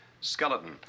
skeleton